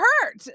hurt